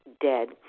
dead